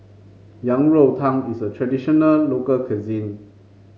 Yang Rou Tang is a traditional local cuisine